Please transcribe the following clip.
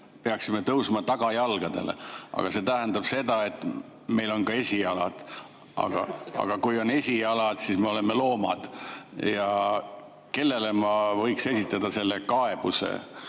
peaksime tõusma tagajalgadele. See tähendab seda, et meil on ka esijalad. Aga kui meil on esijalad, siis me oleme loomad. Kellele ma võiksin esitada kaebuse